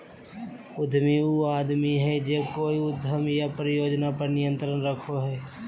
उद्यमी उ आदमी हइ जे कोय उद्यम या परियोजना पर नियंत्रण रखो हइ